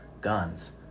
guns